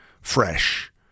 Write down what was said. fresh